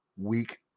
week